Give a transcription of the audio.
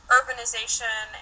urbanization